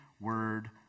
Word